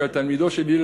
שהיה תלמידו של הלל,